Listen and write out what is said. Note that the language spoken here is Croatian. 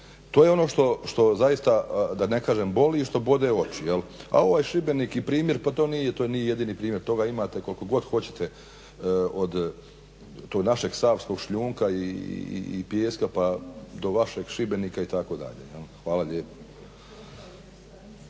To je ono što zaista da ne kažem boli i što bode oči. A ovaj Šibenik i primjer pa to nije jedini primjer toga imate kolikog god hoćete od tog našeg savskog šljunka i pijeska pa do vašeg Šibenika itd. Hvala lijepa.